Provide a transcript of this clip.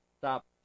Stop